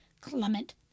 Clement